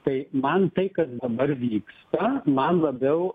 tai man tai kas dabar vyksta man labiau